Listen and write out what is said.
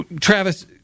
Travis